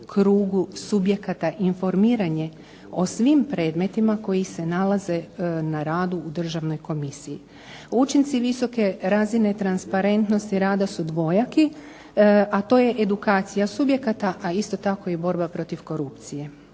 krugu subjekata informiranje o svim predmetima koji se nalaze na radu u Državnoj komisiji. Učinci visoke razine transparentnosti rada su dvojaki, a to je edukacija subjekata, a isto tako i borba protiv korupcije.